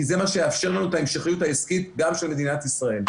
כי זה מה שיאפשר לנו את ההמשכיות העסקית גם של מדינת ישראל.